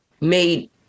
made